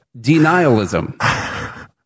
denialism